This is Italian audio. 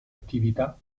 attività